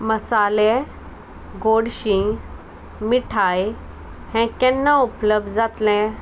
मसाले गोडशीं मिठाय हें केन्ना उपलब्ध जातलें